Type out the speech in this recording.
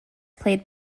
played